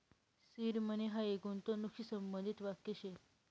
seed money हायी गूंतवणूकशी संबंधित वाक्य शे